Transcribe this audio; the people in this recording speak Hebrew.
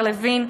השר לוין,